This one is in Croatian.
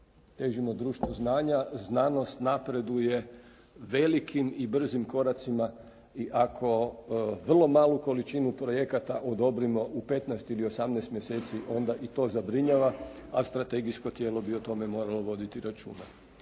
Težimo društvu znanja, znanost napreduje velikim i brzim koracima i ako vrlo malu količinu projekata odobrimo u 15 ili 18 mjeseci onda i to zabrinjava, a strategijsko tijelo bi o tome moralo voditi računa.